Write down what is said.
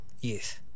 Yes